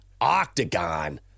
Octagon